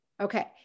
Okay